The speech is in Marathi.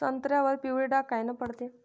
संत्र्यावर पिवळे डाग कायनं पडते?